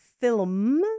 film